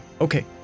okay